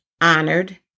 honored